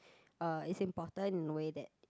uh it's important in a way that